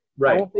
Right